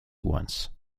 once